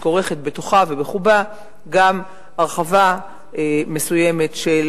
שכורכת בתוכה ובחובה גם הרחבה מסוימת של